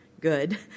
good